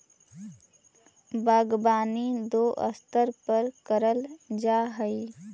बागवानी दो स्तर पर करल जा हई